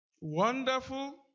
Wonderful